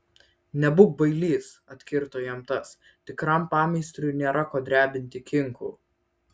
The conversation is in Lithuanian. nebūk bailys atkirto jam tas tikram pameistriui nėra ko drebinti kinkų